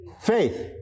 Faith